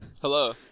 Hello